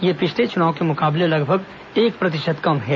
यह पिछले चुनाव के मुकाबले लगभग एक प्रतिशत कम है